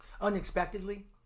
Unexpectedly